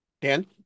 Dan